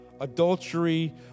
Adultery